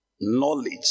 knowledge